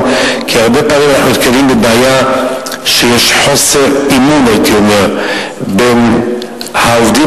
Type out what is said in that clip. הרבה פעמים אנחנו נתקלים בבעיה שיש חוסר אמון בין העובדים